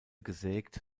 gesägt